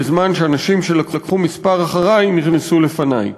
בזמן שאנשים שלקחו מספר אחרי נכנסו לפני.